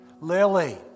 Lily